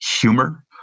humor